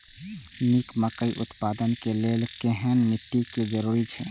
निक मकई उत्पादन के लेल केहेन मिट्टी के जरूरी छे?